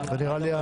למיטב